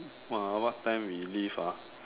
uh what time we leave ah